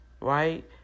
right